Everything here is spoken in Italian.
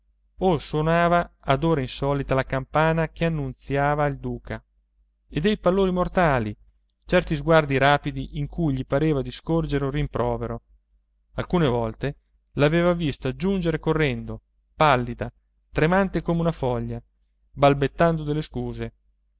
o suonava ad ora insolita la campana che annunziava il duca e dei pallori mortali certi sguardi rapidi in cui gli pareva di scorgere un rimprovero alcune volte l'aveva vista giungere correndo pallida tremante come una foglia balbettando delle scuse